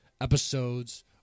episodes